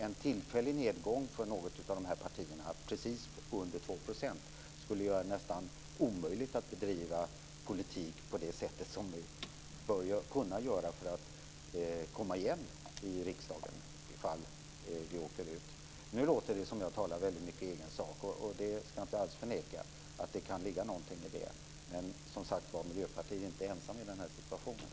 En tillfällig nedgång för något av dessa tre partier - precis under 2 %- skulle göra det nästan omöjligt att bedriva politik på det sätt som man bör göra för att kunna komma tillbaka till riksdagen. Nu låter det väldigt mycket som att jag talar i egen sak, och jag ska inte alls förneka att det kan ligga någonting i det. Men, som sagt, partiet är inte ensamt i den här situationen.